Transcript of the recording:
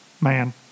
man